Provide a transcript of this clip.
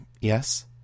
yes